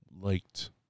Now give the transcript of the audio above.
liked